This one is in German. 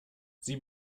sie